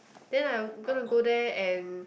then I going to go there and